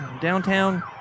downtown